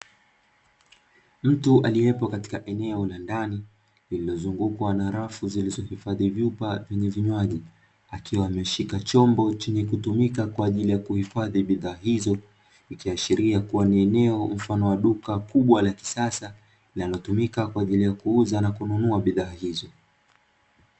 Mtu aliyepo katika eneo la ndani lililozungukwa na rafu zilizohifadhi vyupa vyenye vinywaji akiwa ameshika chombo chenye kutumika kwa ajili ya kuhifadhi bidhaa hizo, ikiashiria kuwa ni eneo mfano wa duka kubwa la kisasa linalotumika kwa ajili ya kuuza na kununua bidhaa hizo.